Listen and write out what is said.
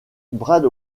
brad